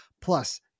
plus